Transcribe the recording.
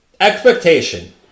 expectation